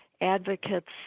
advocates